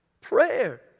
Prayer